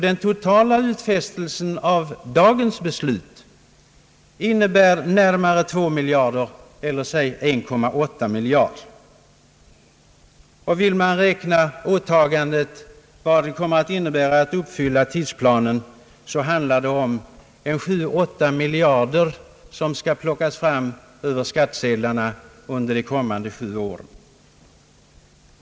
Den totala utfästelsen i dagens beslut innebär 1,8 miljard kronor. Vill man räkna ut vad det kommer att innebära att fullfölja tidsplanen, handlar det om 7 å 8 miljarder kronor som skall plockas fram över skattsedlarna under de kommande sju åren.